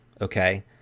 okay